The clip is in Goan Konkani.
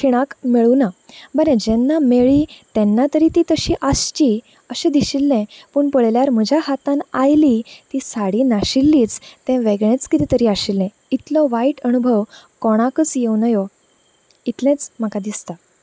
खिणाक मेळूंक ना बरें जेन्ना मेळ्ळी तेन्ना तरी ती तशी आसची अशें दिशिल्लें पूण पळयल्यार म्हज्या हातान आयली ती साडी नाशिल्लीच तें वेगळेंच कितें तरी आशिल्लें इतलो वायट अणभव कोणाकच येव नजो इतलेंच म्हाका दिसता